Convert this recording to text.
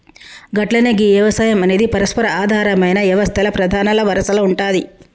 గట్లనే గీ యవసాయం అనేది పరస్పర ఆధారమైన యవస్తల్ల ప్రధానల వరసల ఉంటాది